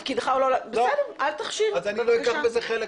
לא אקח בזה חלק.